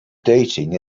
dating